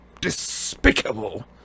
Despicable